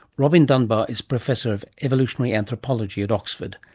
robin dunbar is professor of evolutionary anthropology at oxford,